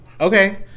Okay